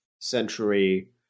century